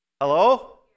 hello